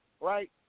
right